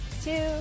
Two